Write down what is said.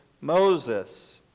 Moses